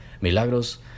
Milagros